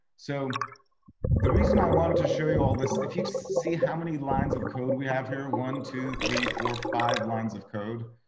so the reason i want to show you all this, if you see how many lines of code we have here, one, two, three, four, five lines of code.